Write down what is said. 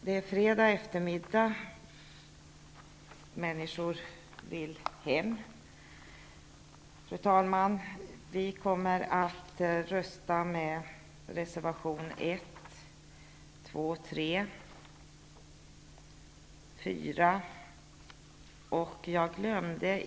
Det är fredag eftermiddag och människor vill hem. Fru talman! Vi kommer att rösta för reservationerna 1, 2, 3 och 4.